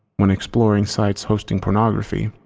when exploring sites hosting pornography,